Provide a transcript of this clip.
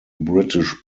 british